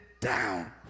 down